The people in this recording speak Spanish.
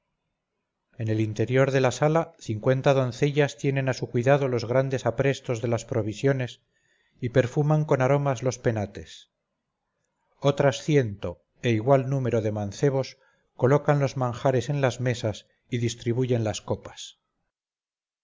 en el interior de la sala cincuenta doncellas tienen a su cuidado los grandes aprestos de las provisiones y perfuman con aromas los penates otras ciento e igual número de mancebos colocan los manjares en las mesas y distribuyen las copas